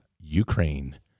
Ukraine